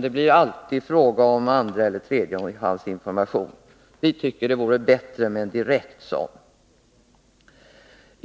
då är det alltid fråga om andrahandseller tredjehandsinformation. Vi tycker det vore bättre med en direkt information.